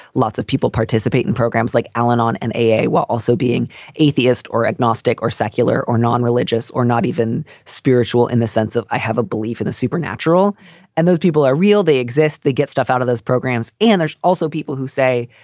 lots of people participate in programs like al-anon and aa while also being atheist or agnostic or secular or non-religious or not even spiritual in the sense of. i have a belief in the supernatural and those people are real. they exist, they get stuff out of those programs. and there's also people who say,